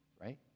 right